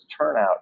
turnout